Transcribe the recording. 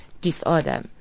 disorder